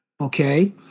Okay